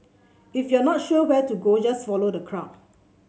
if you're not sure where to go just follow the crowd